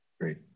Great